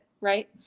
right